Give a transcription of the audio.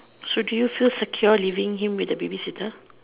so can you feel secure leaving him with the babysitter